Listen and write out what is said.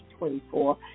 24